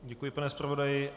Děkuji, pane zpravodaji.